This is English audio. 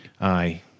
aye